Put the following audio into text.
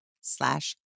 slash